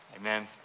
Amen